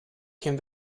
came